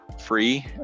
free